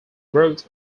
wrote